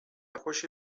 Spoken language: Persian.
خوشی